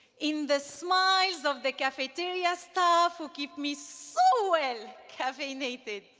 in the smiles of the cafeteria staff who keep me so well caffeinated,